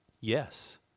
yes